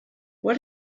what